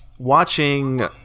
Watching